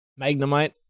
Magnemite